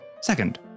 Second